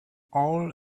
all